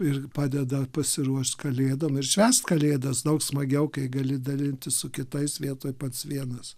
ir padeda pasiruošt kalėdom ir švęst kalėdas daug smagiau kai gali dalintis su kitais vietoj pats vienas